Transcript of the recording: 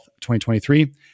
2023